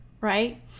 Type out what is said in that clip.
right